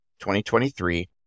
2023